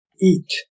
eat